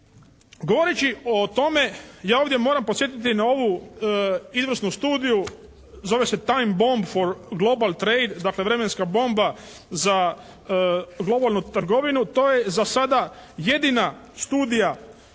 Govoreći o tome ja ovdje moram podsjetiti na ovu izvrsnu studiju, zove se time bomb for global trade, dakle vremenska bomba za globalnu trgovinu, to je za sada jedina studija